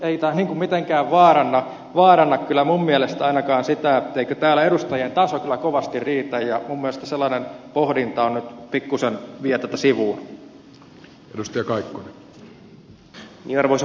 ei tämä niin kuin mitenkään vaaranna kyllä minun mielestäni ainakaan sitä etteikö täällä edustajien taso kyllä kovasti riitä ja minun mielestäni sellainen pohdinta nyt pikkuisen vie tätä sivuun